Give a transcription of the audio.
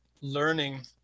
learning